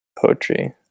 poetry